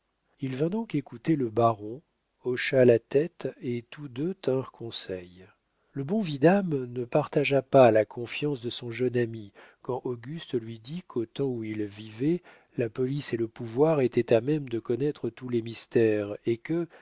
il vint donc écouter le baron hocha la tête et tous deux tinrent conseil le bon vidame ne partagea pas la confiance de son jeune ami quand auguste lui dit qu'au temps où ils vivaient la police et le pouvoir étaient à même de connaître tous les mystères et que